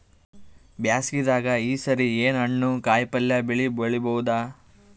ಬ್ಯಾಸಗಿ ದಾಗ ಈ ಸರಿ ಏನ್ ಹಣ್ಣು, ಕಾಯಿ ಪಲ್ಯ ಬೆಳಿ ಬಹುದ?